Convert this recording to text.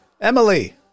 Emily